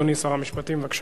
אדוני שר המשפטים, בבקשה.